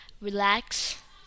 relax